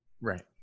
Right